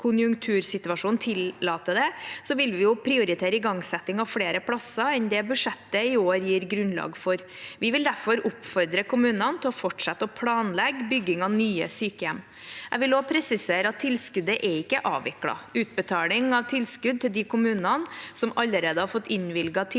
tillater det, vil vi prioritere igangsetting for å få til flere plasser enn det budsjettet i år gir grunnlag for. Vi vil derfor oppfordre kommunene til å fortsette å planlegge bygging av nye sykehjem. Jeg vil også presisere at tilskuddet ikke er avviklet. Utbetaling av tilskudd til de kommunene som allerede har fått innvilget tilsagn